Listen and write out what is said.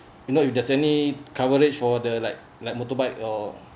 you know if there's any coverage for the like like motorbike or